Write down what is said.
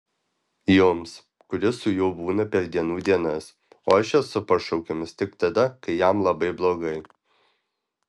jums kuris su juo būna per dienų dienas o aš esu pašaukiamas tik tada kai jam labai blogai